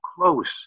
Close